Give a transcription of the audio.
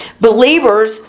believers